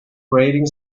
grating